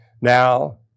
Now